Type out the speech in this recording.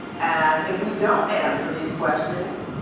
and if we don't answer these questions,